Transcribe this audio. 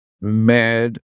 mad